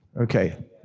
Okay